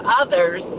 others